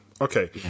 Okay